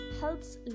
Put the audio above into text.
helps